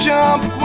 Jump